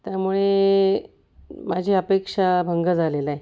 त्यामुळे माझा अपेक्षाभंग झालेला आहे